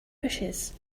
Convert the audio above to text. bushes